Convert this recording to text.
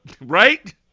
Right